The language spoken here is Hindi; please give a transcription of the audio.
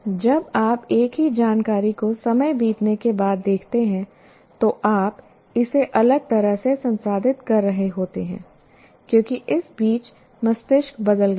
जब आप एक ही जानकारी को समय बीतने के बाद देखते हैं तो आप इसे अलग तरह से संसाधित कर रहे होते हैं क्योंकि इस बीच मस्तिष्क बदल गया है